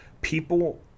People